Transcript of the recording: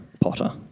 potter